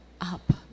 up